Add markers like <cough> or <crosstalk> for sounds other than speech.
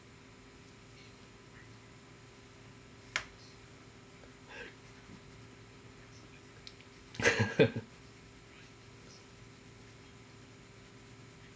<laughs>